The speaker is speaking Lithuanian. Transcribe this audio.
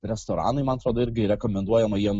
restoranai man atrodo irgi rekomenduojama jiem